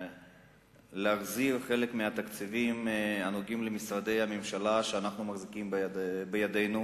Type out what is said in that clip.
להחזיר חלק מהתקציבים הנוגעים למשרדי הממשלה שאנחנו מחזיקים בידינו,